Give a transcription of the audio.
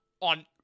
on